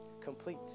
complete